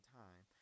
time